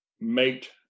make